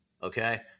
Okay